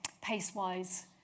pace-wise